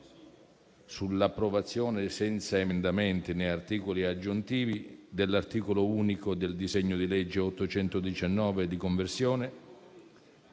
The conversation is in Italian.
sull'approvazione, senza emendamenti né articoli aggiuntivi, dell'articolo unico del disegno di legge n. 819, di conversione,